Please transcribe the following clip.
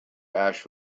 ash